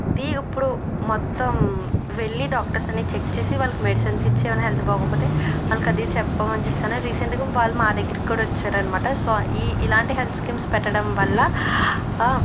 the ఇప్పుడు మొత్తం వెళ్ళి డాక్టర్స్ అన్ని చెక్ చేసి వాళ్ళకి మెడిసిన్స్ ఇచ్చి ఏమన్నాహెల్త్ బాగోకపోతే వాళ్ళకది చెప్పమని చెప్పి రీసెంట్గా వాళ్ళు మా దగ్గరికి కూడా వచ్చారు అనమాట సో ఈ ఇలాంటి హెల్త్ స్కీమ్స్ పెట్టడం వల్ల ఆ